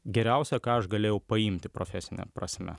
geriausia ką aš galėjau paimti profesine prasme